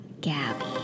Gabby